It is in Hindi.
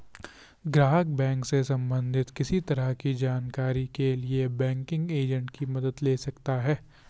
ग्राहक बैंक से सबंधित किसी तरह की जानकारी के लिए बैंकिंग एजेंट की मदद ले सकता है